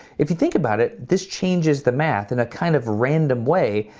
if you think about it, this changes the math in a kind of random way,